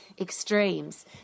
extremes